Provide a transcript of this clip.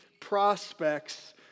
prospects